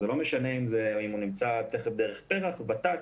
זה לא משנה אם הוא נמצא דרך פר"ח או ות"ת.